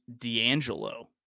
D'Angelo